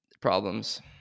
problems